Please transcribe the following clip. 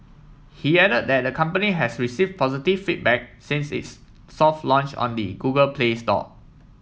he added that the company has receive positive feedback since its soft launch on the Google Play Store